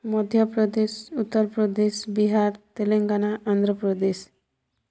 Madhya Pradesh Uttar Pradesh Bihar Telangana Andhra Pradesh